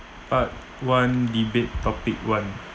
part one debate topic one